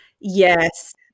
Yes